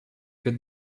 cut